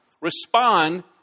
Respond